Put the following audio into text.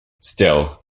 still